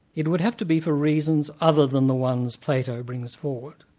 it would have to be for reasons other than the ones plato brings forward.